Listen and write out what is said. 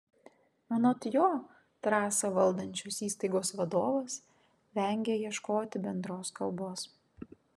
anot jo trasą valdančios įstaigos vadovas vengia ieškoti bendros kalbos